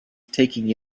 taking